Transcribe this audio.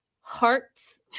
hearts